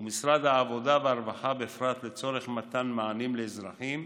ומשרד העבודה והרווחה בפרט לצורך מתן מענים לאזרחים,